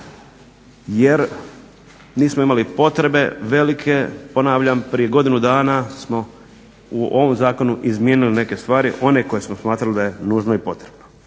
jer nismo imali potrebe velike, ponavljam prije godinu dana smo u ovom zakonu izmijenili neke stvari, one koje smo smatrali da je nužno i potrebno.